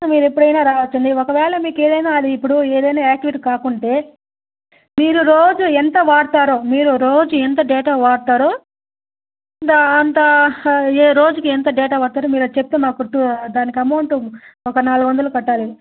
మీరు ఎప్పుడైన రావచ్చు అండి ఒకవేళ మీకు ఏదైన అది ఇప్పుడు ఏదైన ఆక్టివేట్ కాకుంటే మీరు రోజు ఎంత వాడుతారో మీరు రోజు ఎంత డేటా వాడుతారో దాని అంత ఏ రోజుకి ఎంత డేటా వాడుతారు మీరు అది చెప్తే మాకు టు దానికి అమౌంట్ ఒక నాలుగు వందలు కట్టాలి